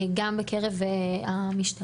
גם בקרב המשטרה.